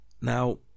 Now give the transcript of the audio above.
Now